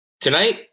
Tonight